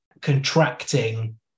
contracting